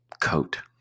coat